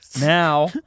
Now